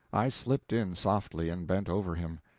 i slipped in softly and bent over him.